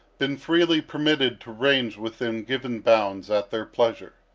been freely permitted to range within given bounds at their pleasure.